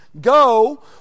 go